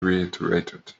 reiterated